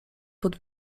pod